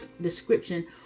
description